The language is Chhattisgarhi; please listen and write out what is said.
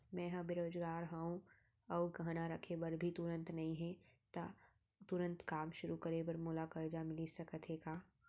मैं ह बेरोजगार हव अऊ गहना रखे बर भी तुरंत नई हे ता तुरंत काम शुरू करे बर मोला करजा मिलिस सकत हे का?